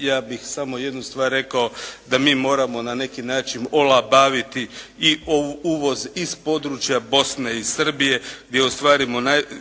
ja bih samo jednu stvar rekao da mi moramo na neki način olabaviti i uvoz iz područja Bosne i Srbije gdje